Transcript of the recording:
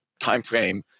timeframe